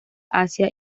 asia